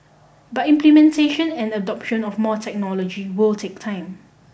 but implementation and adoption of more technology will take time